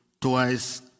twice